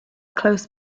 close